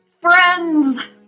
friends